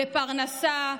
לפרנסה,